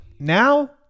Now